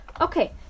okay